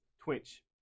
Twitch